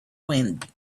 wind